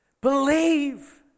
Believe